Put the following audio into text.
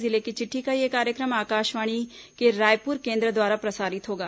जिले की चिट्ठी का यह कार्यक्रम आकाशवाणी के रायपुर केंद्र द्वारा प्रसारित होगा